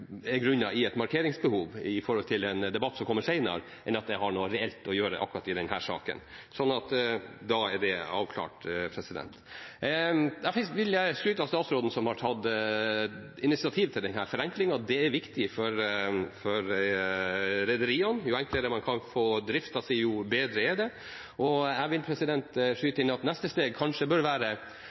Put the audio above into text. grunnet i et markeringsbehov med hensyn til en debatt som kommer senere, enn at det har noe reelt å gjøre med akkurat denne saken. Så da er det avklart. Derfor vil jeg skryte av statsråden, som har tatt initiativ til denne forenklingen. Det er viktig for rederiene. Jo enklere man kan få driften sin, jo bedre er det. Jeg vil skyte inn at neste steg kanskje bør være